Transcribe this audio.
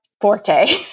forte